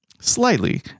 Slightly